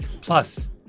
Plus